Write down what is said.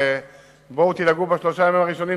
ובואו תנהגו בשלושת הימים הראשונים,